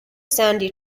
sandy